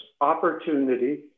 opportunity